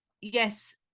yes